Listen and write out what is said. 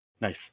Nice